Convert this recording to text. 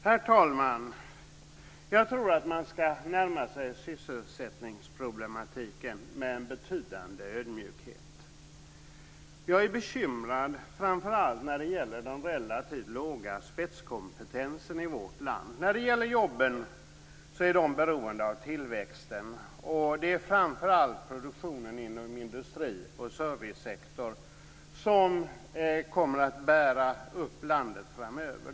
Herr talman! Jag tror att man skall närma sig sysselsättningsproblematiken med betydande ödmjukhet. Jag är bekymrad över framför allt den relativt låga spetskompetensen i vårt land. Jobben är beroende av tillväxten. Det är framför allt produktionen inom industrin och servicesektorn som kommer att bära upp landet framöver.